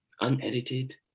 unedited